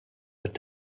wird